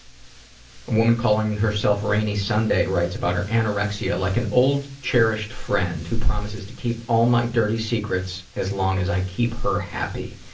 a women calling herself rainy sunday writes about her anorexia. like an old cherished friend who promises to keep all my dirty secrets as long as i keep her happy.